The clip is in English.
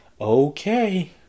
okay